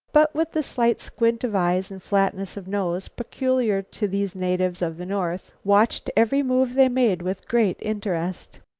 but with the slight squint of eyes and flatness of nose peculiar to these natives of the north, watched every move they made with great interest.